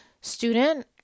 student